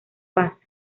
paz